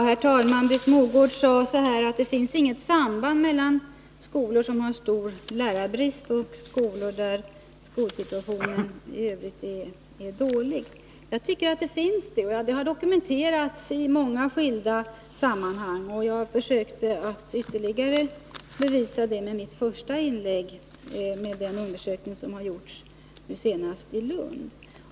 Herr talman! Britt Mogård sade: Det finns inget samband mellan skolor som har stor lärarbrist och skolor där skolsituationen i övrigt är dålig. Jag tycker att det finns ett sådant samband. Det har dokumenterats i många skilda sammanhang. Jag försökte i ett första inlägg ytterligare bevisa det med den undersökning som nu senast har gjorts i Lund.